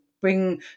bring